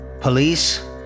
Police